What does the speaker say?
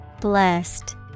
Blessed